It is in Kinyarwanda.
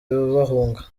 bahunga